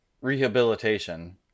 Rehabilitation